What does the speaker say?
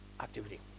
activity